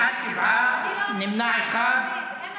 בעד, שבעה, נמנע אחד.